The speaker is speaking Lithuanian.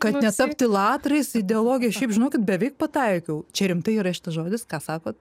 kad netapti latrais ideologija šiaip žinokit kad beveik pataikiau čia rimtai yra šitas žodis ką sakote